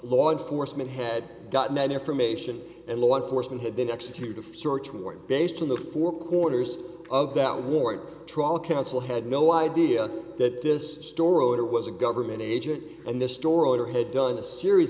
law enforcement had gotten that information and law enforcement had been executed search warrant based on the four corners of that warrant trial counsel had no idea that this store owner was a government agent and the store owner had done a series